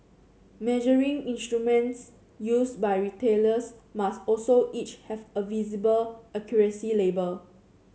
measuring instruments used by retailers must also each have a visible accuracy label